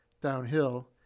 downhill